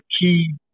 key